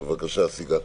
בבקשה, סיגל.